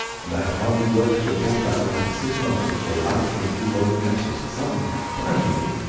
and i had hardly worked and thought about the matter six months before light came through one of the meshes suddenly blindingly!